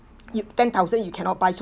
you ten thousand you cannot buy so